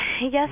Yes